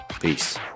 Peace